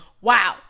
wow